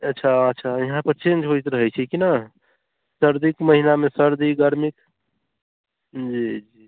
अच्छा अच्छा यहाँपर चेन्ज होइत रहै छै कि नहि सर्दीके महिनामे सर्दी गरमी जी जी